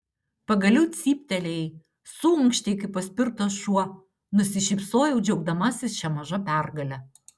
pagaliau cyptelėjai suunkštei kaip paspirtas šuo nusišypsojau džiaugdamasis šia maža pergale